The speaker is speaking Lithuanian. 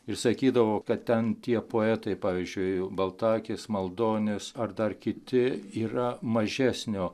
ir sakydavo kad ten tie poetai pavyzdžiui baltakis maldonis ar dar kiti yra mažesnio